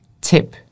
Tip